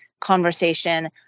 conversation